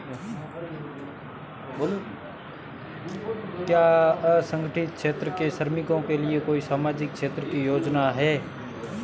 क्या असंगठित क्षेत्र के श्रमिकों के लिए कोई सामाजिक क्षेत्र की योजना है?